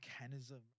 mechanism